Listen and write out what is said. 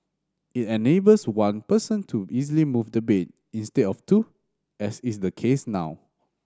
it enables one person to easily move the bed instead of two as is the case now